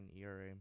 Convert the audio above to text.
ERA